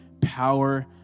power